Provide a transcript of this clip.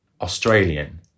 Australian